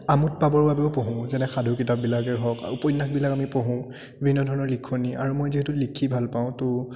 আমোদ পাবৰ বাবেও পঢ়োঁ যেনে সাধু কিতাপবিলাকে হওক উপন্য়াসবিলাক আমি পঢ়োঁ বিভিন্ন ধৰণৰ লিখনি আৰু মই যিহেতু লিখি ভালপাওঁ ত'